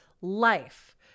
life